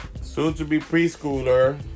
Soon-to-be-preschooler